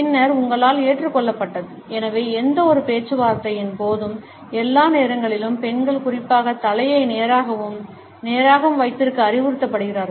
பின்னர் உங்களால் ஏற்றுக்கொள்ளப்பட்டது எனவே எந்தவொரு பேச்சுவார்த்தைகளின் போதும் எல்லா நேரங்களிலும் பெண்கள் குறிப்பாக தலையை நேராகவும் நேராகவும் வைத்திருக்க அறிவுறுத்தப்படுகிறார்கள்